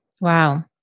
Wow